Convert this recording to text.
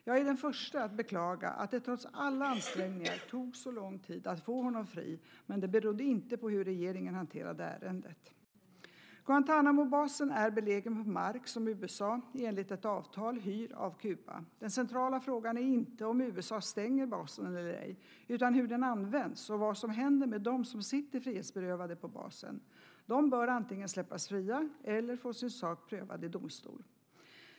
Jag är den första att beklaga att det trots alla ansträngningar tog så lång tid att få honom fri, men detta berodde inte på hur regeringen hanterade ärendet. Guantánamobasen är belägen på mark som USA enligt ett avtal hyr av Kuba. Den centrala frågan är inte om USA stänger basen eller ej utan hur den används och vad som händer med dem som sitter frihetsberövade på basen. De bör antingen släppas fria eller få sin sak prövad i domstol.